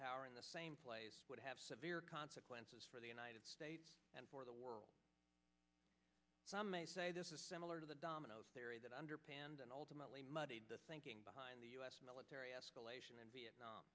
power in the same place would have severe consequences for the united states and for the world some may say this is similar to the domino theory that underpinned and ultimately muddied the thinking behind the us military escalation in vietnam